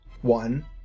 one